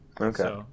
Okay